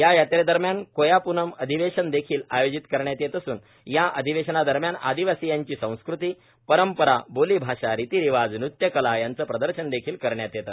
या यात्रेदरम्यान कोयाप्नम अधिवेशन देखील आयोजित करण्यात येत असून य अधिवेशना दरम्यान आदिवासी यांची संस्कृती परंपरा बोली भाषा रितीरिवाज नृत्यकला यांचं प्रदर्शन देखील करण्यात येते